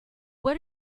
what